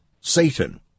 Satan